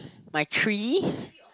my tree